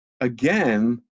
again